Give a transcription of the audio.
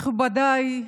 מכובדיי,